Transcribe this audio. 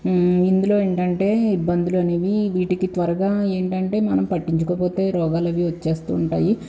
ఇందులో ఏంటంటే ఇబ్బందులు అనేవి వీటికి త్వరగా ఏంటంటే మనం పట్టించుకోకపోతే రోగాలవి వచ్చేస్తూ ఉంటాయి